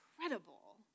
incredible